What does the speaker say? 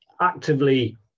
actively